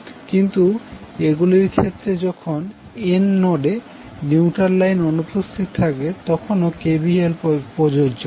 কিন্তু এগুলির ক্ষেত্রে যখন N নোডে নিউট্রাল লাইন অনুপস্থিত থাকে তখনও KVL প্রযোজ্য